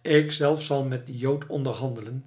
ik zelf zal met dien jood onderhandelen